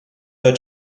were